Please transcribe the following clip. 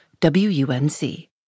WUNC